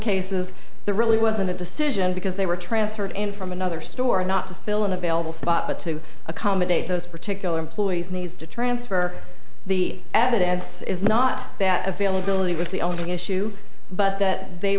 cases the really wasn't a decision because they were transferred in from another store not to fill in available spot but to accommodate those particular employees needs to transfer the evidence is not that availability was the only issue but that they